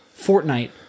Fortnite